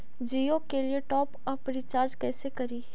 जियो के लिए top up recharge कैसे करी?